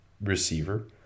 receiver